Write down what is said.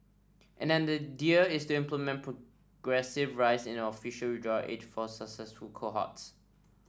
and an idea is to implement progressive rise in official withdrawal age for successive cohorts